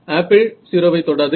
apple 0 வை தொடாது